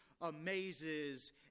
amazes